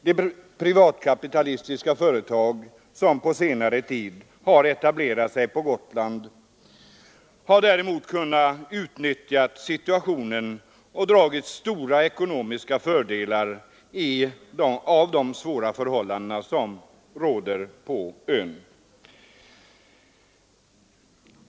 De privatkapitalistiska företag som på senare tid etablerat sig på Gotland har däremot kunnat utnyttja situationen och dragit stora ekonomiska fördelar av de svåra förhållanden som råder på ön.